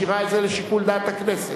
שהיא משאירה את זה לשיקול דעת הכנסת.